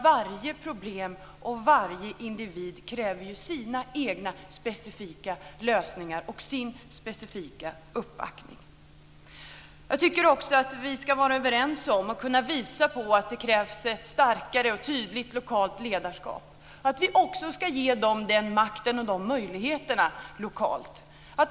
Varje problem och varje individ kräver ju sina egna specifika lösningar och sin specifika uppbackning. Jag tycker också att vi ska vara överens om och kunna visa att det krävs ett starkare och tydligare lokalt ledarskap. Vi ska också kunna ge dem den makten och de möjligheterna lokalt.